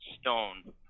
stone